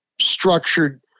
structured